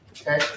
Okay